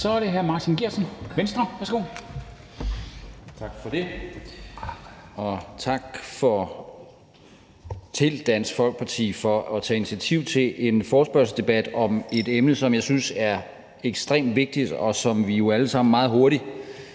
(Ordfører) Martin Geertsen (V): Tak for det, og tak til Dansk Folkeparti for at tage initiativ til en forespørgselsdebat om et emne, som jeg synes er ekstremt vigtigt, og som vi jo alle sammen meget hurtigt